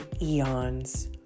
eons